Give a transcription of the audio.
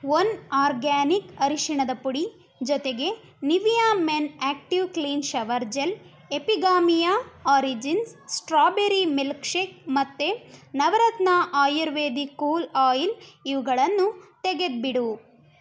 one organic ಅರಶಿಣದ ಪುಡಿ ಜೊತೆಗೆ Nivea men active clean shower gel Epigamia origins strawberry milkshake ಮತ್ತೆ ನವರತ್ನ ಆಯುರ್ವೇದಿಕ್ ಕೂಲ್ ಆಯಿಲ್ ಇವುಗಳನ್ನು ತೆಗೆದ್ಬಿಡು